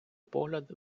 погляд